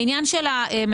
העניין של המטפלות.